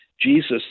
Jesus